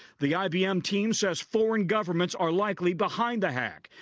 the ibm team says foreign governments are likely behind the hack,